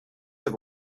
have